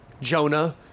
Jonah